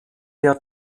der